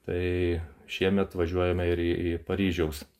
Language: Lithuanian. tai šiemet važiuojame ir į į paryžiaus